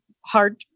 hard